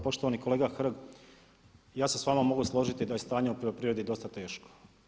Poštovani kolega Hrg ja se s vama mogu složiti da je stanje u poljoprivredi dosta teško.